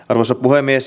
arvoisa puhemies